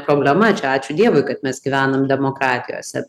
problema čia ačiū dievui kad mes gyvenam demokratijose